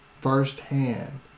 firsthand